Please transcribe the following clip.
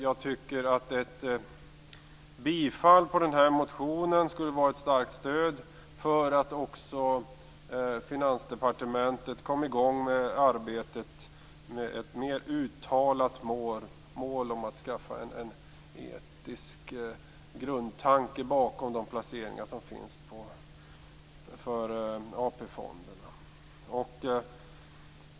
Jag menar att ett bifall till motionen skulle vara ett starkt stöd också för Finansdepartementet när det gäller att komma i gång med arbetet på ett mer uttalat mål om att skaffa sig en etisk grundtanke bakom de placeringar som finns när det gäller AP fonderna.